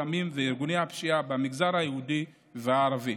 הסמים וארגוני הפשיעה במגזר היהודי והערבי.